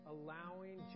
allowing